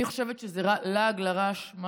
אני חושבת שזה לעג לרש.